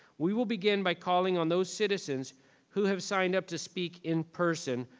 we will begin by calling on those citizens who have signed up to speak in-person,